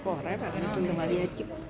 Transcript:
കുറേ പറഞ്ഞിട്ടുണ്ട് മതിയായിരിക്കും